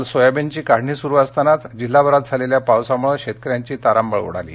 काल सोयाबीनची काढणी सुरु असतानाच जिल्हाभरात झालेल्या पावसामुळे शेतकऱ्यांची तारांबळ उडाली